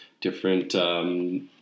different